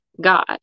God